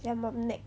等一下 mom nag